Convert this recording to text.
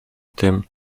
tym